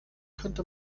könnte